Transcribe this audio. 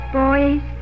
boys